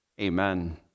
Amen